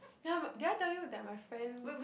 ya but did I tell you that my friend